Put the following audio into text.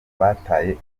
bataye